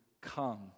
come